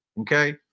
Okay